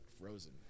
frozen